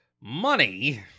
Money